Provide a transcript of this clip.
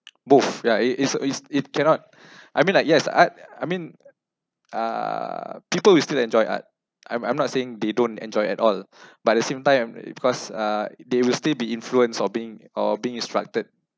both yeah it is is cannot I mean like yes art I mean uh people will still enjoy art I'm I'm not saying they don't enjoy at all but the same time because uh they will still be influence or being or being instructed